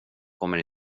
kommer